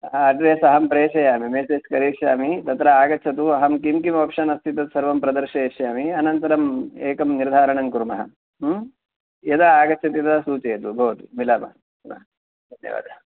हा अड्रेस् अहं प्रेषयामि मेसेज् करिष्यामि तत्र आगच्छतु अहं किं किम् आप्षन् अस्ति तत्प्रथमं दर्शयिष्यामि अनन्तरम् एकं निर्धारणं कुर्मः यदा आगच्छति तदा सूचयतु भवतु मिलामः हा हा धन्यवादः